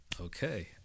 Okay